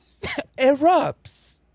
erupts